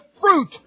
fruit